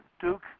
duke